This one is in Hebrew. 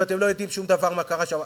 אם אתם לא יודעים שום דבר על מה שקרה שם?